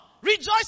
Rejoice